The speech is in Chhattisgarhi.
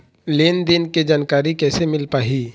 लेन देन के जानकारी कैसे मिल पाही?